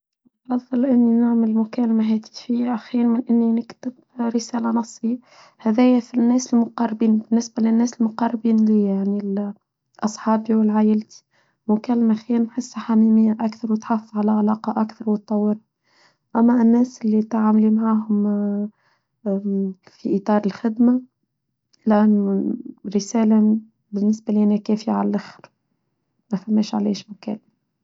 نفضل أن نعمل مكالمة هاتفية أخيراً أن نكتب رسالة نصية هذية للناس المقربين لأصحابي والعائلتي مكالمة أخيراً حسة حميمية أكثر وتحفظ على علاقة أكثر وتطور أما الناس اللي تعاملي معهم في إطار الخدمة لأن رسالة بالنسبة لنا كافية على الأخر نفهمش عليش مكان.